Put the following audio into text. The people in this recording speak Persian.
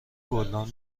گلدان